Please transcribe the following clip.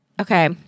Okay